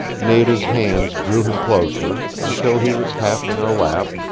nada's hands drew him closer, until he was half in her lap,